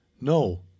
No